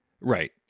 Right